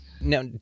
Now